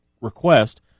request